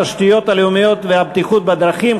התשתיות הלאומיות והבטיחות בדרכים,